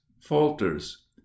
falters